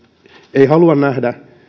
ei halua nähdä